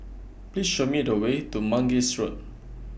Please Show Me The Way to Mangis Road